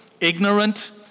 ignorant